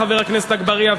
חבר הכנסת אגבאריה,